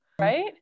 right